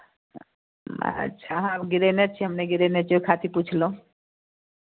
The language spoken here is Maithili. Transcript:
अच्छा अहाँ गिरेने छियै हम नहि गिरेने छियै ओहि खातिर पुछलहुँ